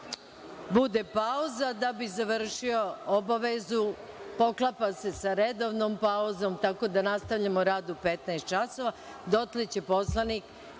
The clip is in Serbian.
bude pauza da bi završio obavezu. Poklapa se sa redovnom pauzom, tako da nastavljamo rad u 15 časova. Dotle će poslanik